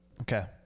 Okay